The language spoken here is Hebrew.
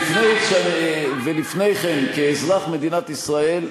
ולפני כן כאזרח מדינת ישראל,